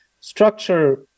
structure